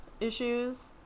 issues